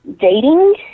dating